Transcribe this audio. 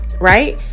right